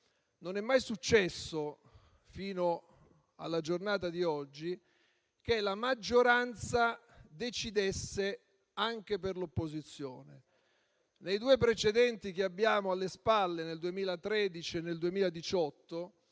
non è mai successo fino alla giornata di oggi che la maggioranza decidesse anche per l'opposizione. Nei due precedenti che abbiamo alle spalle del 2013 e del 2018,